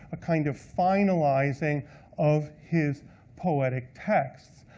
a kind of finalizing of his poetic texts.